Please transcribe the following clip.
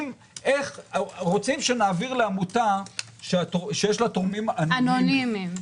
איך רוצים שנעביר לעמותה שיש לה תורמים אנונימיים.